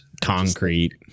concrete